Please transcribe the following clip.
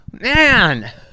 man